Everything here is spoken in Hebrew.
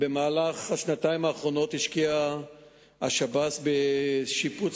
במהלך השנתיים האחרונות השקיע השב"ס בשיפוץ